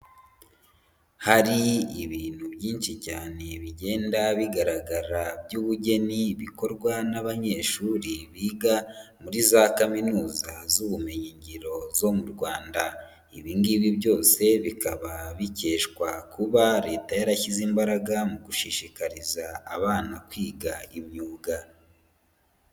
Hari ibintu byinshi cyane bigenda bigaragara by'ubugeni, bikorwa n'abanyeshuri biga muri za kaminuza z'ubumenyingiro zo mu Rwanda, ibi ngibi byose bikaba bikeshwa kuba leta yarashyize imbaraga mu gushishikariza abana kwiga imyuga.